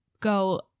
go